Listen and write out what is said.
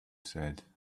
said